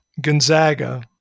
Gonzaga